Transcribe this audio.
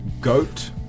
Goat